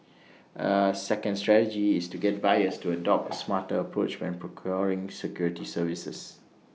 A second strategy is to get buyers to adopt smarter approach when procuring security services